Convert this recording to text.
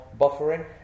buffering